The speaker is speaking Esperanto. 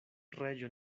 reĝo